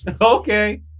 okay